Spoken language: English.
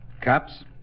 Cops